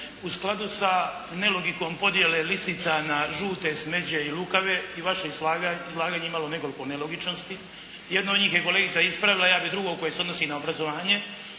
U skladu sa nelogikom podjele lisica na žute, smeđe i lukave i vašim izlaganjem ima nekoliko nelogičnosti. Jedno od njih je kolegica ispravila. Ja bi drugo koje se odnosi na obrazovanje,